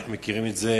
אנחנו מכירים את זה